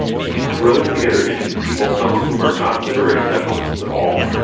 he throws together interesting people, some of whom are not literary specialists at all.